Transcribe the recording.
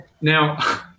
now